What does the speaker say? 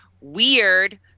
weird